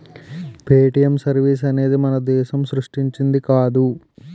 Paytm service అనేది మన దేశం సృష్టించింది కాదు